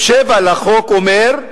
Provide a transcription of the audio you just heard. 7 לחוק אומר: